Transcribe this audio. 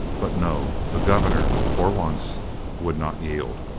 but no, the governor for once would not yield.